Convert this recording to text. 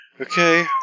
Okay